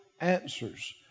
answers